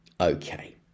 Okay